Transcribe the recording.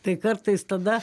tai kartais tada